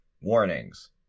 warnings